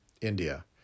India